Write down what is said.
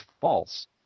false